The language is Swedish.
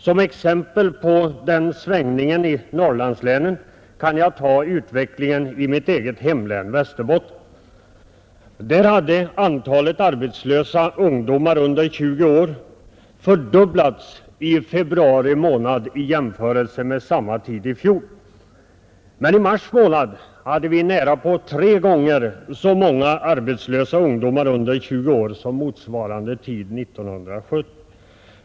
Som exempel på denna svängning i Norrlandslänen kan jag ta utvecklingen i mitt eget hemlän, Västerbotten. Där hade antalet arbetslösa ungdomar under 20 år fördubblats i februari månad i jämförelse med samma tid i fjol. Men i mars månad hade vi nära tre gånger så många arbetslösa ungdomar under 20 år som motsvarande tid 1970.